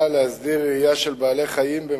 להכנתה לקריאה ראשונה.